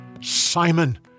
Simon